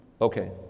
Okay